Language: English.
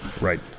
Right